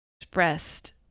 expressed